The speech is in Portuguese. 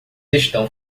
estão